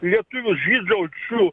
lietuvius žydšaudžių